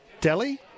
Delhi